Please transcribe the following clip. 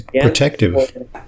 protective